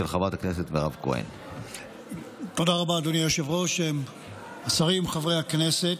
של חבר הכנסת אלון שוסטר וקבוצת חברי הכנסת.